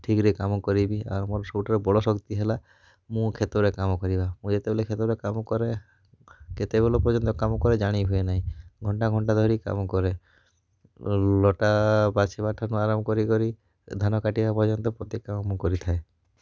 ଠିକରେ କାମ କରିବି ଆଉ ମୋର ସବୁଠାରୁ ବଡ଼ ଶକ୍ତି ହେଲା ମୁଁ କ୍ଷେତରେ କାମ କରିବା ମୁଁ ଯେତେବେଲେ କ୍ଷେତରେ କାମ କରେ କେତେବେଲେ ପର୍ଯ୍ୟନ୍ତ କାମ କରେ ଜାଣି ହୁଏ ନାହିଁ ଘଣ୍ଟା ଘଣ୍ଟା ଧରି କାମ କରେ ଲ ଲଟା ବାଛିବା ଠାରୁ ଆରମ୍ଭ କରି କରି ଧାନ କାଟିବା ପର୍ଯ୍ୟନ୍ତ ପ୍ରତ୍ୟେକ କାମ ମୁଁ କରିଥାଏ